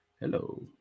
hello